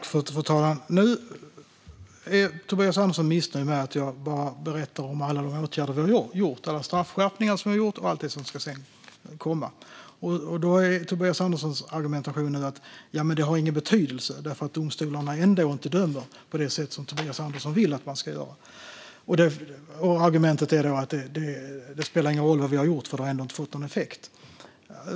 Fru talman! Nu är Tobias Andersson missnöjd med att jag berättar om alla de åtgärder vi har gjort, alla straffskärpningar som vi har gjort och allt som sedan ska komma. Tobias Anderssons argumentation är nu att det inte har någon betydelse eftersom domstolarna ändå inte dömer på det sätt som Tobias Andersson vill att de ska göra. Argumentet är då att det spelar ingen roll vad vi har gjort, för det har ändå inte fått någon effekt.